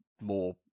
more